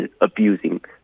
abusing